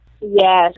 Yes